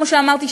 כמו שאמרתי,